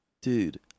Dude